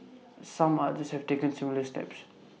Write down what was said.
some others have taken similar steps